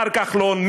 מר כחלון,